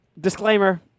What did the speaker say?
Disclaimer